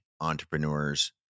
entrepreneurs